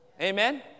Amen